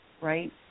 right